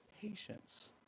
patience